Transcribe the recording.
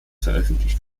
veröffentlicht